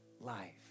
life